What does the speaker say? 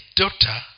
daughter